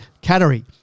Cattery